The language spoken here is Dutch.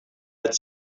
het